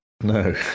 No